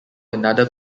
another